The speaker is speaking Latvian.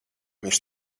viņš